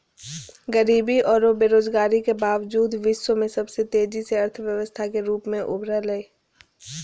गरीबी औरो बेरोजगारी के बावजूद विश्व में सबसे तेजी से अर्थव्यवस्था के रूप में उभरलय